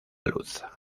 luz